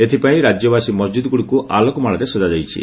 ଏଥପାଇଁ ରାଜ୍ୟବାସୀ ମସଜିଦ୍ଗୁଡ଼ିକୁ ଆଲୋକମାଳାରେ ସଜାଯାଇଛି